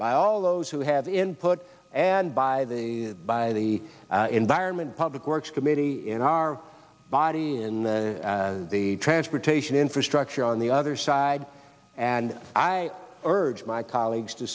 by all those who have input and by the by the environment public works committee in our body in the transportation infrastructure on the other side and i urge my colleagues to